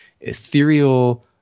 ethereal